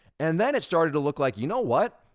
and then it started to look like, you know what,